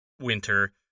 winter